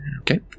Okay